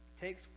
takes